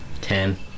Ten